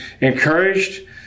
encouraged